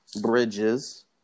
bridges